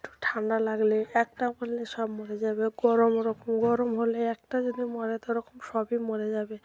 একটু ঠান্ডা লাগলে একটা মরলে সব মরে যাবে গরম ওরকম গরম হলে একটা যদি মরে তা ওরকম সবই মরে যাবে